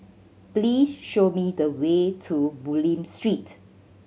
please show me the way to Bulim Street